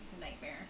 nightmare